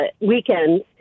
weekends